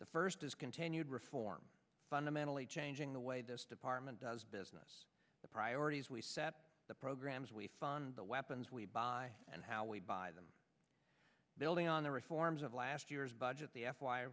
the first is continued reform fundamentally changing the way this department does business the priorities we set the programs we fund the weapons we buy and how we buy them building on the reforms of last year's budget the f y